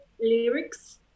lyrics